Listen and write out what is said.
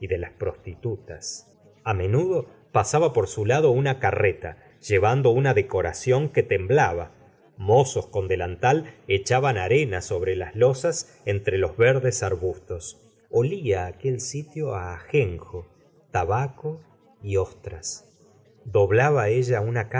las prostituías a menudo pasaba por su lado una carreta llevando una decoración que temblaba mozos con delantal echaban arena sobre las losas entre los verdes arbustos olla aquel sitio á ajenjo tabaco y ostras doblaba ella una